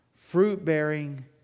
fruit-bearing